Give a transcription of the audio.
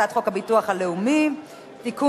הצעת חוק הביטוח הלאומי (תיקון,